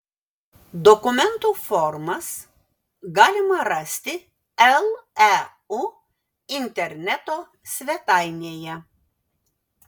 dokumentų formas galima rasti leu interneto svetainėje